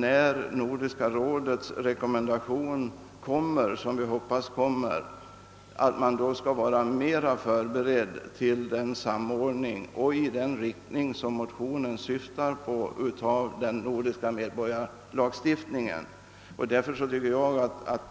När Nordiska rådets rekommendation kommer, som vi hoppas, är vi därige nom bättre förberedda för en samordning av den nordiska medborgarlagstiftningen i den riktning som motionerna åsyftar. Enligt min mening är